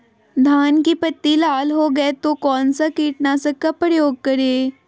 धान की पत्ती लाल हो गए तो कौन सा कीटनाशक का प्रयोग करें?